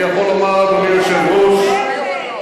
אני יכול לומר, אדוני היושב-ראש, רבותי.